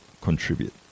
contribute